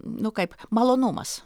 nu kaip malonumas